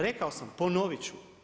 Rekao sam, ponoviti ću.